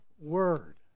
Word